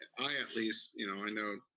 i, at least, you know, i know,